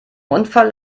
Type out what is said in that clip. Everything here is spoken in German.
unfall